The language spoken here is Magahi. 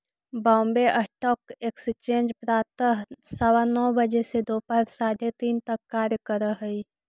बॉम्बे स्टॉक एक्सचेंज प्रातः सवा नौ बजे से दोपहर साढ़े तीन तक कार्य करऽ हइ